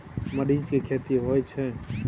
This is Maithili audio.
मरीच के खेती होय छय?